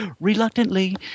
Reluctantly